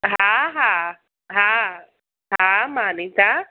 हा हा हा हा मां अनिता